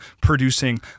producing